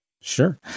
Sure